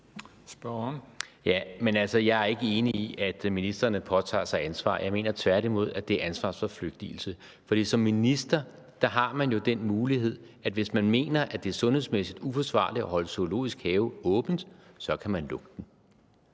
Jeg er ikke enig i, at ministrene påtager sig ansvar. Jeg mener tværtimod, at det er ansvarsforflygtigelse, for som minister har man jo den mulighed, at hvis man mener, det er sundhedsmæssigt uforsvarligt at holde Zoologisk Have åben, så kan man lukke den.